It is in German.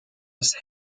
das